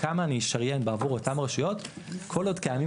וכמה אני אשריין בעבור אותן רשויות כל עוד קיימים